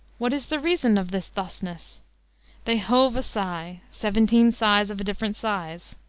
what is the reason of this thusness they hove a sigh seventeen sighs of different size.